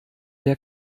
der